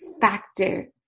factor